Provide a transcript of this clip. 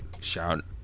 Shout